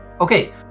Okay